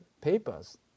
papers